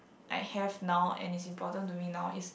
I have now and is important to me now is